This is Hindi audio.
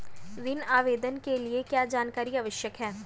ऋण आवेदन के लिए क्या जानकारी आवश्यक है?